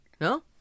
No